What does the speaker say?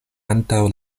antaŭ